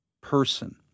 person